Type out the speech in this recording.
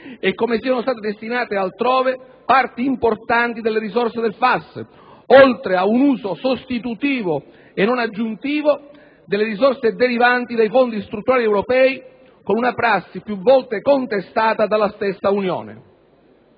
e come siano state destinate altrove parti importanti delle risorse del FAS (Fondo per le aree sottoutilizzate), oltre ad un uso sostitutivo e non aggiuntivo delle risorse derivanti dai fondi strutturali europei, con una prassi più volte contestata dalla stessa Unione